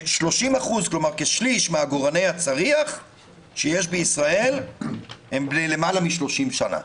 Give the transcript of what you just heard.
כשליש מעגורני הצריח שיש בישראל הם בני למעלה מ-30 שנה.